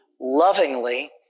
lovingly